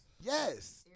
Yes